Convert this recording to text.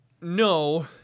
no